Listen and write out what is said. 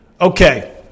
Okay